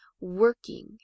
working